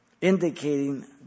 indicating